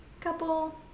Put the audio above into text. Couple